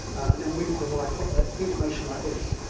and then we can provide information like this.